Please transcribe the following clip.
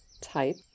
type